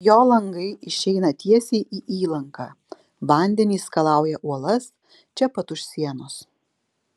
jo langai išeina tiesiai į įlanką vandenys skalauja uolas čia pat už sienos